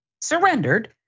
surrendered